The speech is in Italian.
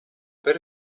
per